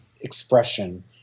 expression